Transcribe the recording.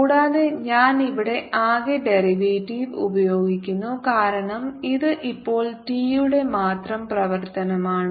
കൂടാതെ ഞാൻ ഇവിടെ ആകെ ഡെറിവേറ്റീവ് ഉപയോഗിക്കുന്നു കാരണം ഇത് ഇപ്പോൾ ടി യുടെ മാത്രം പ്രവർത്തനമാണ്